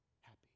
happy